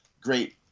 great